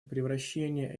превращения